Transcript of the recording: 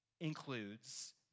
includes